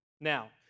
Now